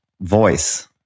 voice